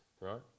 right